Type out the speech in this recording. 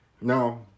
No